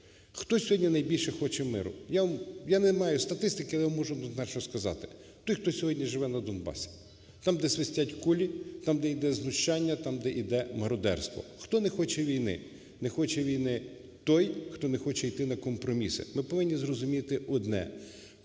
Хто сьогодні найбільше хоче миру? Я не маю статистики, але я можу однозначно сказати: ті, хто сьогодні живе на Донбасі, там, де свистять кулі, там, де йде знущання, там, де йде мародерство. Хто не хоче війни? Не хоче війни той, хто не хоче йти на компроміси. Ми повинні зрозуміти одне,